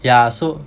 yeah so